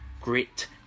grit